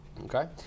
Okay